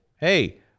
hey